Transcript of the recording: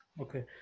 Okay